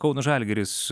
kauno žalgiris